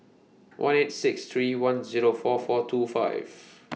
one eight six three one Zero four four two five